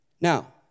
Now